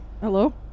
Hello